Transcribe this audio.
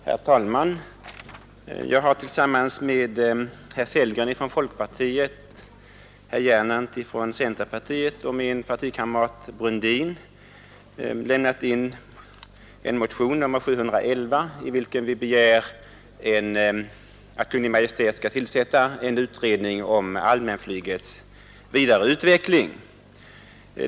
Herr talman! Jag har tillsammans med herr Sellgren från folkpartiet, herr Gernandt från centerpartiet och min partikamrat herr Brundin lämnat in en motion, nr 711, i vilken vi begär att Kungl. Maj:t skall tillsätta en utredning om allmänflygets vidare utveckling.